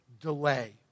delay